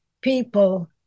people